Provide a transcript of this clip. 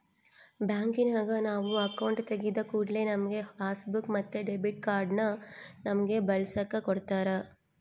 ಬ್ಯಾಂಕಿನಗ ನಾವು ಅಕೌಂಟು ತೆಗಿದ ಕೂಡ್ಲೆ ನಮ್ಗೆ ಪಾಸ್ಬುಕ್ ಮತ್ತೆ ಡೆಬಿಟ್ ಕಾರ್ಡನ್ನ ನಮ್ಮಗೆ ಬಳಸಕ ಕೊಡತ್ತಾರ